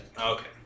Okay